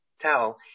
towel